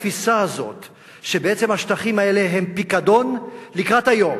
התפיסה הזאת שבעצם השטחים האלה הם פיקדון לקראת היום